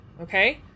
Okay